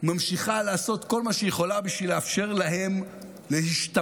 ממשיכה לעשות כל מה שהיא יכולה בשביל לאפשר להם להשתמט.